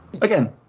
Again